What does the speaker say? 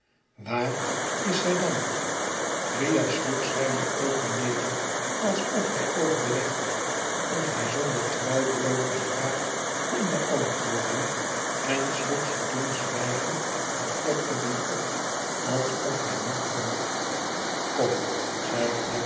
waar is zij dan riah sloeg zijne oogen neder alsof hij overlegde of hij zonder trouwbreuk de vraag kon beantwoorden en sloeg ze toen zwijgend naar fledgeby op alsof hij niet kon